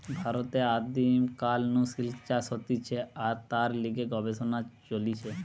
ভারতে আদিম কাল নু সিল্ক চাষ হতিছে আর তার লিগে গবেষণা চলিছে